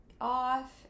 off